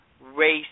race